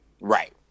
Right